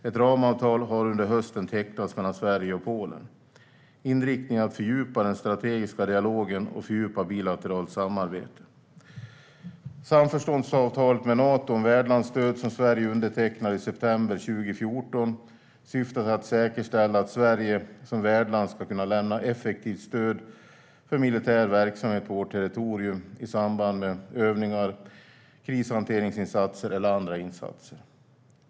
Ett ramavtal har under hösten tecknats mellan Sverige och Polen. Inriktningen är att fördjupa den strategiska dialogen och fördjupa bilateralt samarbete. Det samförståndsavtal med Nato om värdlandsstöd som Sverige undertecknade i september 2014 syftar till att säkerställa att Sverige som värdland ska kunna lämna effektivt stöd för militär verksamhet på vårt territorium i samband med övningar, krishanteringsinsatser eller andra insatser.